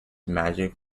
magic